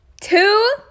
two